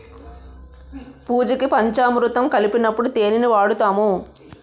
పూజకి పంచామురుతం కలిపినప్పుడు తేనిని వాడుతాము